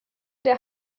der